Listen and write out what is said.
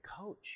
coach